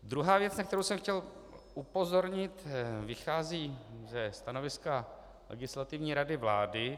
Druhá věc, na kterou jsem chtěl upozornit, vychází ze stanoviska Legislativní rady vlády.